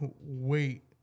wait